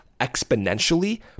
exponentially